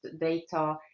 data